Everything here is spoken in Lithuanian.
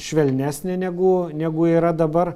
švelnesnė negu negu yra dabar